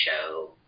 show